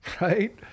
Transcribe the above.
right